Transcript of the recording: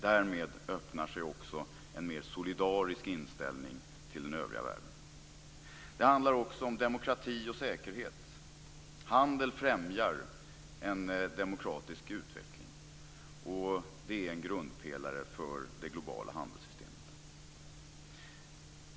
Då öppnar sig också en mer solidarisk inställning till den övriga världen. Det handlar också om demokrati och säkerhet. Handel främjar en demokratisk utveckling. Det är en grundpelare för det globala handelssystemet.